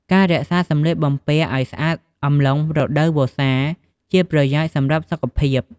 ការរក្សាសម្លៀកបំពាក់អោយស្អាតអំឡុងរដូវវស្សាជាប្រយោជន៍សម្រាប់សុខភាព។